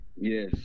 Yes